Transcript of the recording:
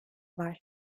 var